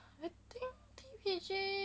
I think T_P_G